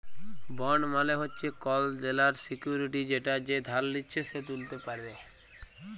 bond মালে হচ্যে কল দেলার সিকুইরিটি যেটা যে ধার লিচ্ছে সে ত্যুলতে পারে